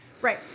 Right